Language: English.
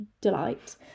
delight